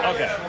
Okay